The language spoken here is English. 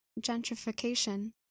gentrification